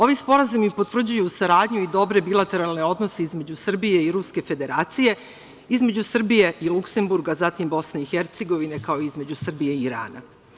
Ovi sporazumi potvrđuju saradnju i dobre bilateralne odnose između Srbije i Ruske Federacije, između Srbije i Luksenburga, zatim, Bosne i Hercegovine, kao između Srbije i Irana.